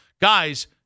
Guys